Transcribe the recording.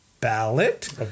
ballot